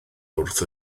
wrth